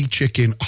Chicken